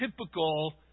typical